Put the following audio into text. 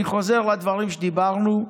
אני חוזר לדברים שדיברנו,